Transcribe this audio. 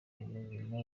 umurimo